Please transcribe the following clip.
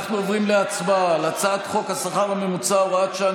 אנחנו עוברים להצבעה על הצעת חוק השכר הממוצע (הוראת שעה,